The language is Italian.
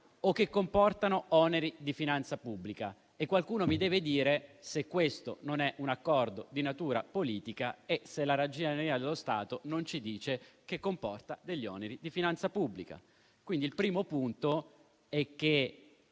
o che comportino oneri di finanza pubblica. Qualcuno mi deve dire se questo non sia un accordo di natura politica e se la Ragioneria generale dello Stato non ci dica che comporta oneri di finanza pubblica. Il primo punto è